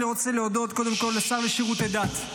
אני רוצה להודות קודם כול לשר לשירותי דת,